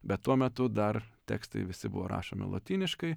bet tuo metu dar tekstai visi buvo rašomi lotyniškai